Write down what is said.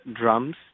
drums